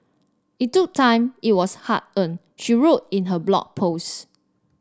it took time it was hard earned she wrote in her Blog Post